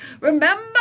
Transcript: remember